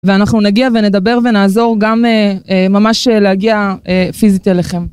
ואנחנו נגיע ונדבר ונעזור גם ממש להגיע פיזית אליכם.